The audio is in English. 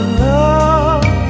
love